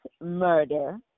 murder